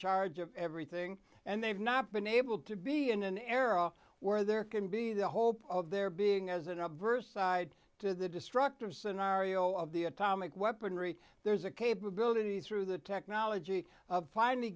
charge of everything and they've not been able to be in an era where there can be the hope of there being as an adverse side to the destructive scenario of the atomic weaponry there's a capability through the technology finally